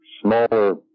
smaller